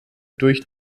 durch